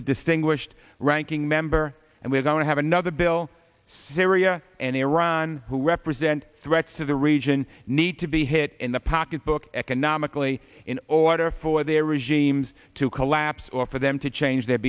the distinguished ranking member and we're going to have another bill syria and iran who represent threats to the region need to be hit in the pocketbook economically in order for their regimes to collapse or for them to change their